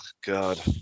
god